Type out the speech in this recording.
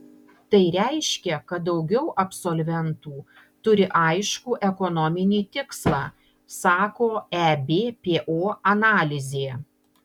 tai reiškia kad daugiau absolventų turi aiškų ekonominį tikslą sako ebpo analizė